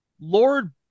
Lord